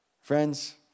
friends